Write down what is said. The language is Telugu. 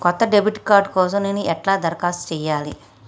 కొత్త డెబిట్ కార్డ్ కోసం నేను ఎట్లా దరఖాస్తు చేయాలి?